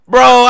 Bro